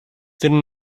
didn’t